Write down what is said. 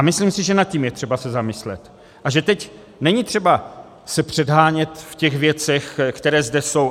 Myslím, že nad tím je třeba se zamyslet a že teď není třeba se předhánět v těch věcech, které zde jsou.